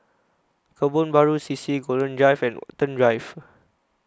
Kebun Baru C C Golden Drive and Watten Drive